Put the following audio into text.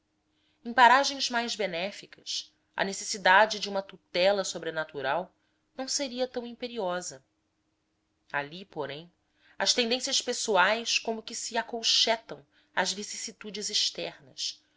paragens mais benéficas a necessidade de uma tutela sobrenatural não seria tão imperiosa ali porém as tendências pessoais como que se acolchetam às vicissitudes externas